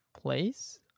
place